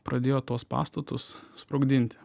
pradėjo tuos pastatus sprogdinti